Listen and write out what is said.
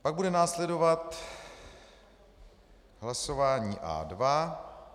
Pak bude následovat hlasování A2.